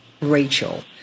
Rachel